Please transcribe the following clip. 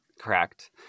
Correct